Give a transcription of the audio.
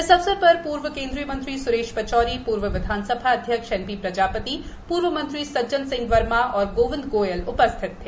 इस अवसर पर पूर्व केन्द्रीय मंत्री स्रेश पचौरी पूर्व विधानसभा अध्यक्ष एनपी प्रजापति पूर्व मंत्री सज्जन वर्मा गोविंद गोयल उपस्थित थे